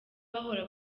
bahora